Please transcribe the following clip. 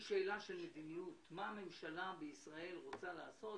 הוא שאלה של מדיניות מה הממשלה בישראל רוצה לעשות